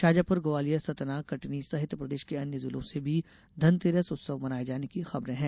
शाजापुर ग्वालियर सतना कटनी सहित प्रदेश के अन्य जिलों से भी धनतेरस उत्सव मनाये जाने की खबरे हैं